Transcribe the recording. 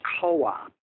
co-op